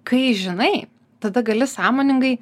kai žinai tada gali sąmoningai